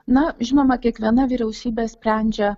na žinoma kiekviena vyriausybė sprendžia